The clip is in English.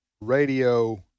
Radio